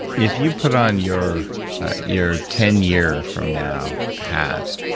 if you put on your your ten year from now hat,